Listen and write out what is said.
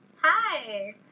Hi